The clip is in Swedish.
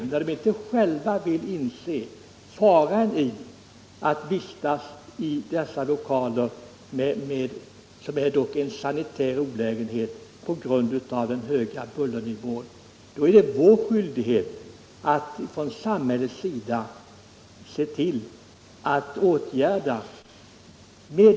När ungdomarna inte själva vill inse faran i att vistas i de här lokalerna, där det dock är fråga om sanitär olägenhet på grund av den höga bullernivån, så är det vår skyldighet att från samhällets sida se till att åtgärder vidtas.